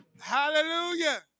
Hallelujah